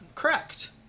Correct